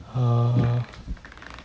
uh